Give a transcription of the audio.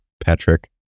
Patrick